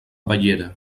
bellera